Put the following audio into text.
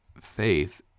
faith